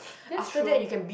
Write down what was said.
that's true